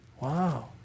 Wow